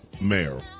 mayor